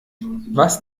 was